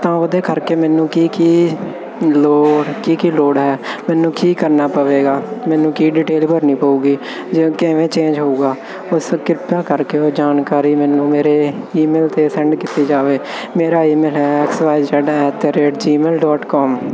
ਤਾਂ ਉਹਦੇ ਕਰਕੇ ਮੈਨੂੰ ਕੀ ਕੀ ਲੋੜ ਕੀ ਕੀ ਲੋੜ ਹੈ ਮੈਨੂੰ ਕੀ ਕਰਨਾ ਪਵੇਗਾ ਮੈਨੂੰ ਕੀ ਡਿਟੇਲ ਭਰਨੀ ਪਊਗੀ ਜਿਵੇਂ ਕਿਵੇਂ ਚੇਂਜ ਹੋਊਗਾ ਉਸ ਕਿਰਪਾ ਕਰਕੇ ਉਹ ਜਾਣਕਾਰੀ ਮੈਨੂੰ ਮੇਰੇ ਈਮੇਲ 'ਤੇ ਸੈਂਡ ਕੀਤੀ ਜਾਵੇ ਮੇਰਾ ਈਮੇਲ ਹੈ X Y Z at the rate Gmail dot com